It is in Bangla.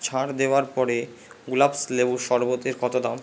ছাড় দেওয়ার পরে গুলাব্স লেবুর শরবতের কত দাম